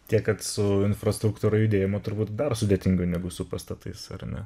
tiek kad su infrastruktūra judėjimo turbūt dar sudėtingiau negu su pastatais ar ne